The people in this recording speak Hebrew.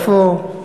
איפה?